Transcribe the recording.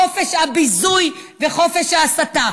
חופש הביזוי וחופש ההסתה.